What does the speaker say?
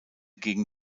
gegen